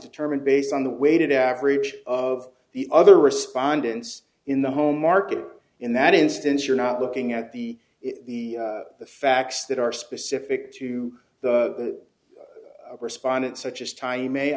determined based on the weighted average of the other respondents in the home market in that instance you're not looking at the the facts that are specific to the respondent such as ti